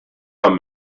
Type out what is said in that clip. i’m